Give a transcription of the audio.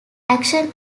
action